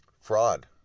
Fraud